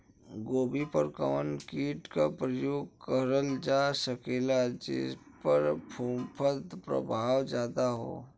गोभी पर कवन कीट क प्रयोग करल जा सकेला जेपर फूंफद प्रभाव ज्यादा हो?